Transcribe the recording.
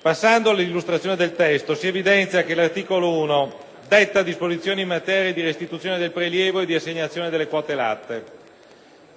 Passando all'illustrazione del testo, si evidenzia che l'articolo 1 detta disposizioni in materia di restituzione del prelievo e di assegnazione delle quote latte.